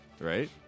Right